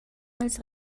als